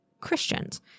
Christians